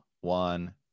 one